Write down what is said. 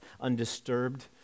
undisturbed